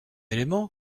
élément